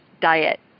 diet